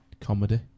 comedy